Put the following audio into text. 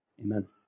Amen